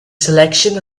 selection